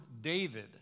David